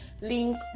link